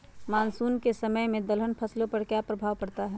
Monsoon के समय में दलहन फसलो पर क्या प्रभाव पड़ता हैँ?